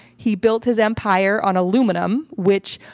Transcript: he built his empire on aluminum which,